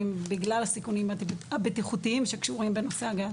בגלל הסיכומים הבטיחותיים שקשורים בנושאי הגז.